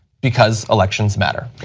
because elections matter.